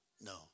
No